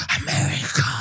America